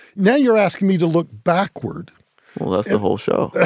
now you're asking me to look backward well, that's the whole show